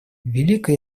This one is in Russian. великая